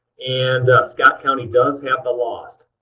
and scott county does have the lost.